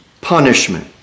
punishment